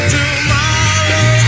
Tomorrow